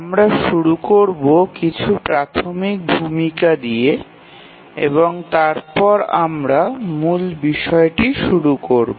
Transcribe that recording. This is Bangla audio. আমরা শুরু করবো কিছু প্রাথমিক ভূমিকা দিয়ে এবং তারপর আমরা মূল বিষয়টি শুরু করবো